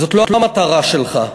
וזאת לא המטרה שלך,